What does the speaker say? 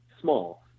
small